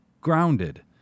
grounded